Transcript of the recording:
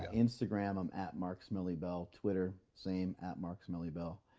instagram, i'm at marksmellybell, twitter, same at marksmellybell.